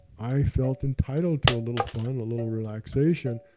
i felt entitled to a little fun, a little relaxation.